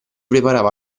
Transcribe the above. preparava